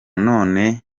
none